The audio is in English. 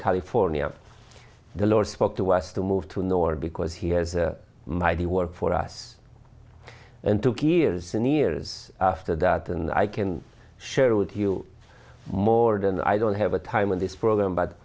california the lord spoke to us to move to nor because he has a mighty work for us and took years and years after that and i can share with you more than i don't have a time in this program but